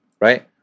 right